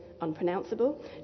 unpronounceable